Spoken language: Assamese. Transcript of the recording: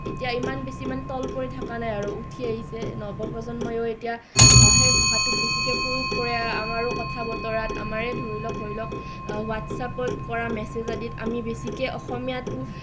এতিয়া ইমান বেছি মানে তল পৰি থকা নাই আৰু উঠি আহিছে নৱপ্ৰজন্ময়ো এতিয়া সেই ভাষাটোক বেছিকৈ প্ৰয়োগ কৰে আমাৰো কথা বতৰাত আমাৰে ধৰিলওক হোৱাটছআপত কৰা মেছেজ আদিত বেছিকৈ অসমীয়া ভাষাটো